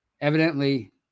evidently